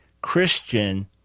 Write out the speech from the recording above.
Christian